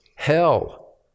hell